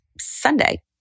Sunday